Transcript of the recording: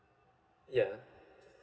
yeah